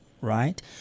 right